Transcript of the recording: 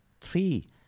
three